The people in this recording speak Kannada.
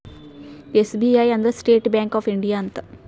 ಎಸ್.ಬಿ.ಐ ಅಂದ್ರ ಸ್ಟೇಟ್ ಬ್ಯಾಂಕ್ ಆಫ್ ಇಂಡಿಯಾ ಅಂತ